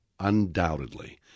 undoubtedly